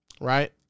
right